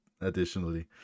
additionally